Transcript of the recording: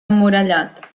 emmurallat